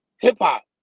hip-hop